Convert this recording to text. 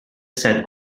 said